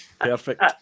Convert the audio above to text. Perfect